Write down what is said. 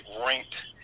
ranked